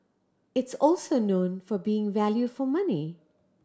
it's also known for being value for money